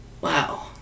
Wow